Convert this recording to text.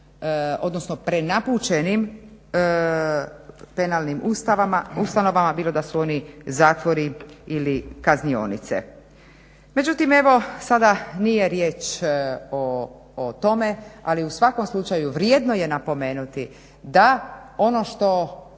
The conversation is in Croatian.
odnosno prenapučenim penalnim ustanovama bilo da su oni zatvori ili kaznionice. Međutim evo sada nije riječ o tome ali u svakom slučaju vrijedno je napomenuti da ono što